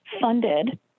funded